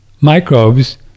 microbes